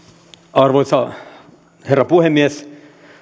arvoisa herra puhemies